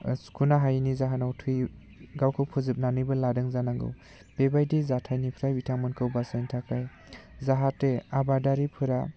सुख'नो हायिनि जाहोनाव थैयो गावखौ फोजोबनानैबो लानो गोनां जानांगौ बेबायदि जाथायनिफ्राय बिथांमोनखौ बासायनो थाखाय जाहाथे आबादारिफोरा